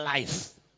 Life